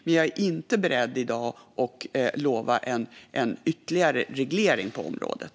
Men jag är i dag inte beredd att lova en ytterligare reglering på området.